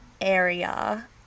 area